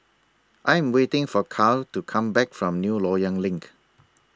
I Am waiting For Kyle to Come Back from New Loyang LINK